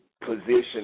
position